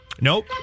Nope